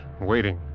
waiting